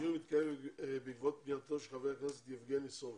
הדיון מתקיים בעקבות פנייתו של חה"כ יבגני סובה.